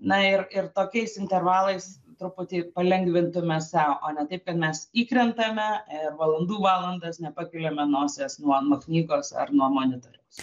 na ir ir tokiais intervalais truputį palengvintume sau o ne taip kad mes įkrentame ir valandų valandas nepakeliame nosies nuo nuo knygos ar nuo monitoriaus